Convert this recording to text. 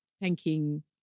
thanking